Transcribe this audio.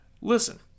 Listen